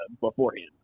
beforehand